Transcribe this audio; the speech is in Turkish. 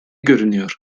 görünüyor